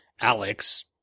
Alex